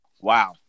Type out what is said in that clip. Wow